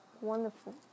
wonderful